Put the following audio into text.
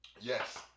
Yes